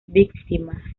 víctima